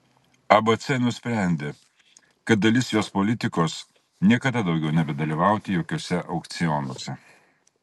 abc nusprendė kad dalis jos politikos niekada daugiau nebedalyvauti jokiuose aukcionuose